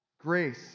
Grace